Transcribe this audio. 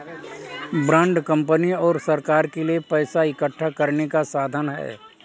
bond company और सरकार के लिए पैसा इकठ्ठा करने का साधन है